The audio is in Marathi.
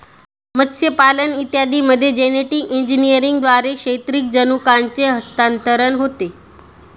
मत्स्यपालन इत्यादींमध्ये जेनेटिक इंजिनिअरिंगद्वारे क्षैतिज जनुकांचे हस्तांतरण होते